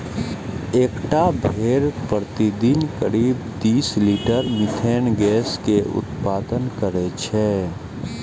एकटा भेड़ प्रतिदिन करीब तीस लीटर मिथेन गैस के उत्पादन करै छै